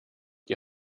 die